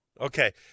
Okay